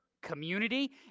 community